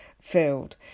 field